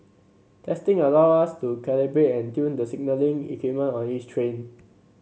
testing allow us to calibrate and tune the signalling equipment on each train